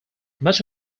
much